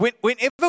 Whenever